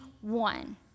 one